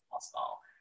small